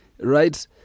Right